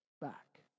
back